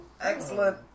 Excellent